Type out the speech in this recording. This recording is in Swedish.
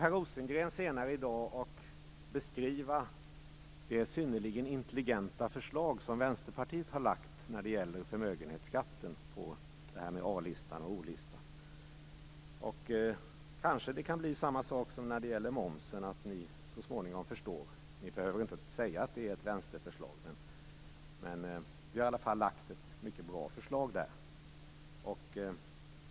Per Rosengren kommer senare i dag att beskriva det synnerligen intelligenta förslag som Vänsterpartiet har lagt fram i fråga om förmögenhetsskatt på A-listan och O-listan. Det kanske kan bli samma sak som med momsen, dvs. att ni så småningom förstår. Ni behöver inte säga att det är ett vänsterförslag. Vi har lagt fram ett bra förslag.